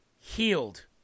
healed